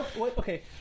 Okay